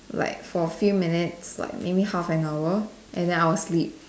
like for a few minutes like maybe half an hour and then I'll sleep